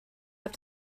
have